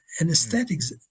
anesthetics